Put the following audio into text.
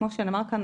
כמו שנאמר כאן,